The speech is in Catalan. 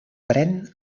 pren